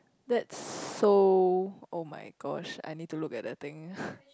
that's so [oh]-my-gosh I need to look at that thing